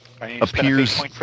appears